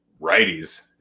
righties